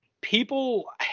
people